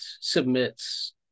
submits